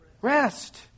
rest